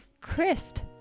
crisp